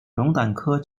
龙胆科